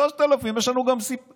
3000. יש לנו גם מספר,